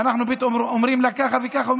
שאנחנו פתאום אומרים לה ככה וככה,